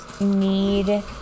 Need